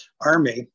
Army